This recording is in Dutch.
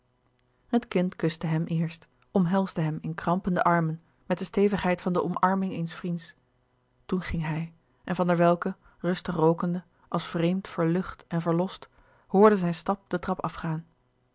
het kind kuste hem eerst omhelsde hem in krampende armen met de stevigheid van de omarming eens vriends toen ging hij en van der welcke rustig rookende als vreemd verlucht en verlost hoorde zijn stap de trap afgaan